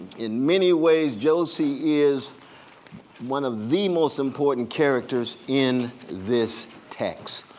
in many ways, josie is one of the most important characters in this text.